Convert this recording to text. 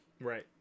Right